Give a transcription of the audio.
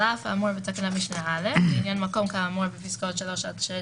ההבחנה בין האזרח הישראלי לבין התייר הנכנס עכשיו